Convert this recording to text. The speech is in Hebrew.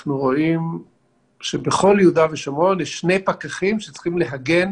אנחנו רואים שבכל יהודה ושומרון יש שני פקחים שצריכים להגן